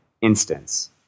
instance